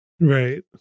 Right